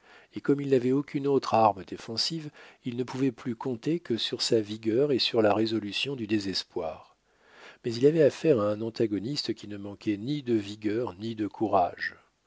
et comme il n'avait aucune autre arme défensive il ne pouvait plus compter que sur sa vigueur et sur la résolution du désespoir mais il avait affaire à un antagoniste qui ne manquait ni de vigueur ni de courage